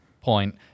point